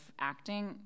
acting